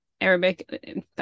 Arabic